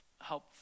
help